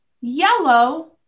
yellow